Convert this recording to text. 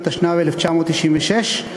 התשנ"ו 1996,